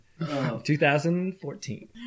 2014